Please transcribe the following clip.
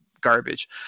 garbage